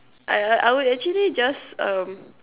I like I will actually just um